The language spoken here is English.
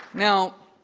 now,